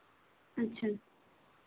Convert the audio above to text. अच्छा